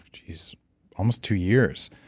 jeez almost two years,